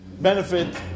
benefit